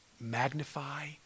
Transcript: magnify